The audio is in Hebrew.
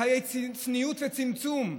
חיי צניעות וצמצום,